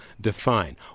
define